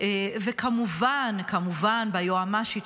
וכמובן כמובן ביועמ"שית,